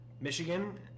Michigan